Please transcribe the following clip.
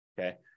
okay